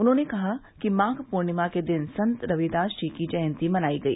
उन्होंने कहा कि माघ पूर्णिमा के दिन संत श्री रविदास जी की जयंती मनाई गई